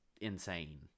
insane